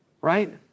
right